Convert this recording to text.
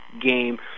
game